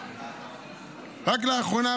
רק לאחרונה,